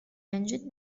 engine